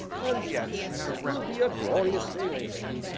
and yet it will be a glorious day later.